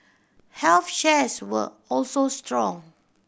health shares were also strong